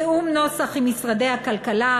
תיאום נוסח עם משרדי הכלכלה,